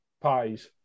pies